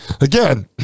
Again